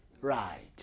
right